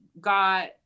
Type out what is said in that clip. got